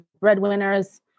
breadwinners